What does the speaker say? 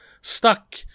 stuck